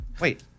wait